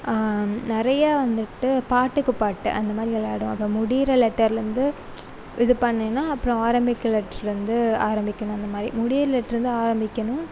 நிறையா வந்துவிட்டு பாட்டுக்குப் பாட்டு அந்தமாதிரி விளையாடுவோம் அது முடிகிற லெட்டருலேந்து இது பண்ணின்னா அப்றோம் ஆரம்பிக்கிற லெட்ருலேந்து ஆரம்பிக்கணும் அந்த மாதிரி முடிகிற லெட்ருலேந்து ஆரம்பிக்கணும்